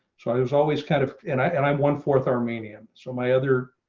so i was always kind of and i and i one fourth armenian so my other